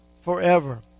forever